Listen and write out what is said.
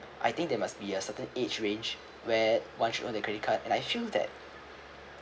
I think there must be a certain age range where one should own a credit card and I feel that